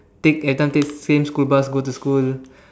take that time take same school bus go to school